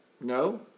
No